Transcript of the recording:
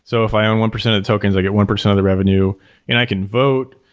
so if i own one percent of tokens, i get one percent of the revenue and i can vote.